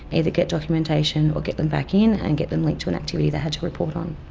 either get documentation or get them back in and get them like to an activity they had to report on.